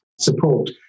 support